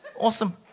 awesome